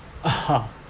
ah